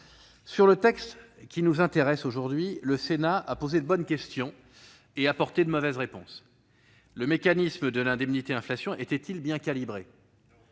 du texte qui nous intéresse aujourd'hui, le Sénat a posé de bonnes questions, mais n'apporte pas les bonnes réponses. Le dispositif de l'indemnité inflation était-il bien calibré ?